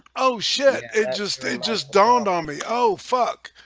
oh shit. it. just they just dawned on me oh fuck,